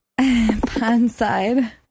Pondside